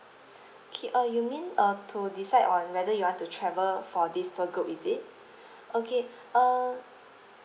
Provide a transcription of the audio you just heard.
okay uh you mean uh to decide on whether you want to travel for this tour group is it okay uh